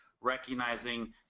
recognizing